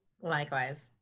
likewise